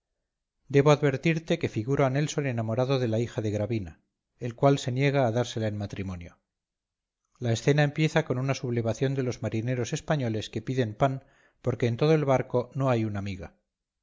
debo advertirte que figuro a nelson enamorado de la hija de gravina el cual se niega a dársela en matrimonio la escena empieza con una sublevación de los marineros españoles que piden pan porque en todo el barco no hay una miga